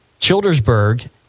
Childersburg